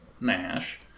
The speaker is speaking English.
Nash